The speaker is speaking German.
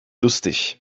lustig